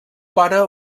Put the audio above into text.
pare